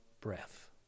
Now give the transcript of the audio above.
breath